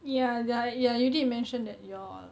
ya like ya you did mention that your